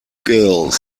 girls